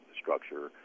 structure